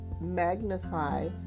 magnify